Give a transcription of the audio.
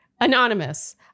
Anonymous